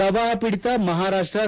ಪ್ರವಾಹ ಪೀಡಿತ ಮಹಾರಾಷ್ಸ